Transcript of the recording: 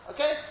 Okay